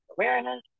awareness